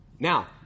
Now